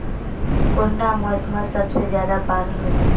कुंडा मोसमोत सबसे ज्यादा पानी होचे?